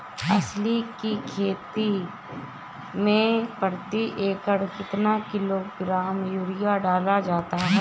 अलसी की खेती में प्रति एकड़ कितना किलोग्राम यूरिया डाला जाता है?